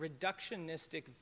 reductionistic